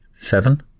Seven